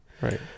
Right